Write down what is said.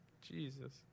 Jesus